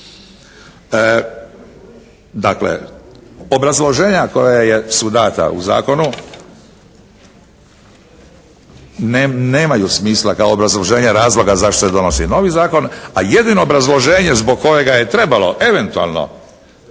Dakle, obrazloženja koja su dana u zakonu nemaju smisla kao obrazloženja razloga zašto se donosi novi zakon. A jedino obrazloženje zbog kojega je trebalo eventualno